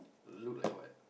look like what